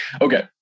Okay